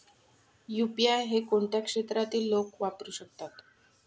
UPI हे कोणत्या क्षेत्रातील लोक वापरू शकतात?